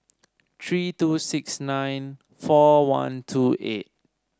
three two six nine four one two eight